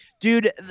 Dude